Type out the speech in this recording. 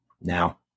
now